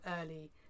early